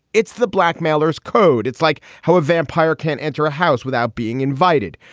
it's the blackmailer's code. it's like how a vampire can enter a house without being invited.